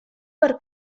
per